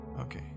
Okay